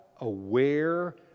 aware